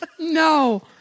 No